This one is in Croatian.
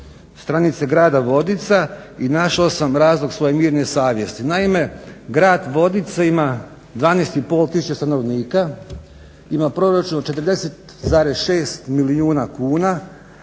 stranice grada Vodica i našao sam razlog svoje mirne savjesti. Naime, grad Vodice ima 12,5 tisuće stanovnika, ima proračun od 40,6 milijuna kuna,